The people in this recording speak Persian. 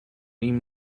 این